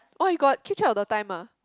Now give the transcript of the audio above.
!wah! you got keep track all the time ah